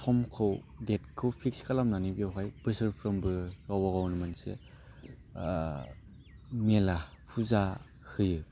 समखौ डेटखौ फिक्स खालामनानै बेवहाय बोसोरफ्रामबो गावबा गावनि मोनसे मेला फुजा हायो